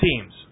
teams